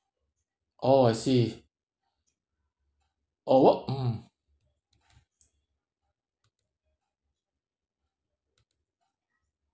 oh I see or what mm